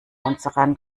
unsere